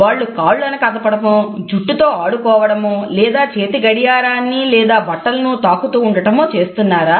వారు కాళ్ళని కదపడమో జుట్టుతో ఆడుకోవడమో లేదా చేతి గడియారాన్ని లేదా బట్టలను తాకుతూఉండడమో చేస్తున్నారా